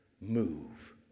Move